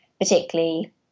particularly